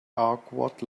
awkward